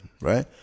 right